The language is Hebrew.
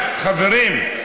אז חברים,